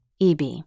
EB